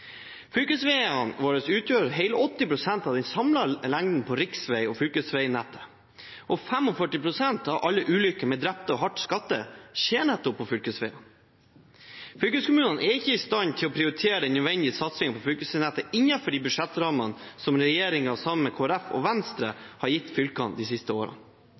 Fylkesveiene våre utgjør hele 80 pst. av den samlede lengden på riks- og fylkesveinettet. 45 pst. av alle ulykker med drepte og hardt skadde skjer nettopp på fylkesveiene. Fylkeskommunene er ikke i stand til å prioritere den nødvendige satsingen på fylkesveinettet innenfor de budsjettrammene regjeringen sammen med Kristelig Folkeparti og Venstre har gitt fylkene de siste